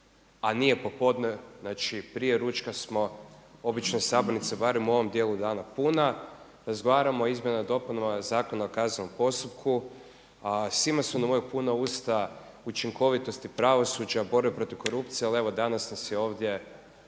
a nije popodne, znači prije ručka smo, obično je sabornica barem u ovom dijelu dana puna, razgovaramo o Izmjenama i dopunama Zakona o kaznenom postupku a svima su nam puna usta učinkovitosti pravosuđa, borbi protiv korupcije ali evo danas nas je ovdje